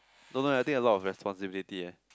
don't know eh I think a lot of responsibility eh